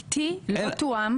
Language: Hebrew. איתי זה לא תואם,